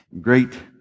great